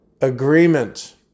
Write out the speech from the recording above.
Agreement